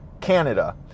Canada